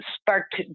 sparked